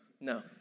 No